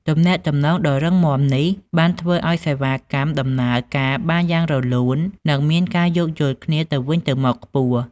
ទំនាក់ទំនងដ៏រឹងមាំនេះបានធ្វើឱ្យសេវាកម្មដំណើរការបានយ៉ាងរលូននិងមានការយោគយល់គ្នាទៅវិញទៅមកខ្ពស់។